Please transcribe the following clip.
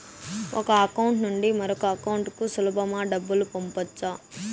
ఒక అకౌంట్ నుండి మరొక అకౌంట్ కు సులభమా డబ్బులు పంపొచ్చా